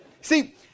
See